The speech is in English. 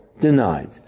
denied